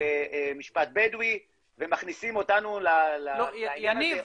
ומשפט בדואי ומכניסים אותנו לעניין הזה,